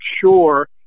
sure